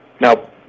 Now